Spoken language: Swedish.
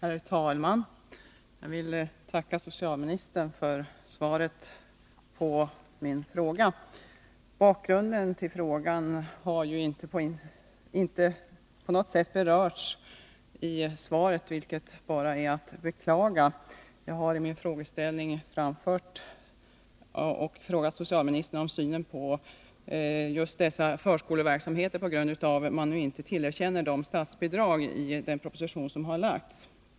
Herr talman! Jag vill tacka socialministern för svaret på min fråga. Bakgrunden till frågan har inte på något sätt berörts i svaret, vilket bara är att beklaga. Jag har frågat socialministern om synen på just dessa former av förskoleverksamhet på grund av att regeringen i den proposition som har lagts fram inte tillerkänner dem statsbidrag.